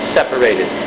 separated